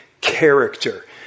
character